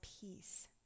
peace